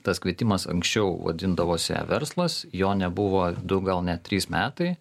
tas kvietimas anksčiau vadindavosi e verslas jo nebuvo du gal net trys metai